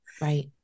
Right